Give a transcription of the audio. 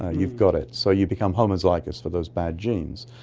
you've got it, so you become homozygous for those bad genes.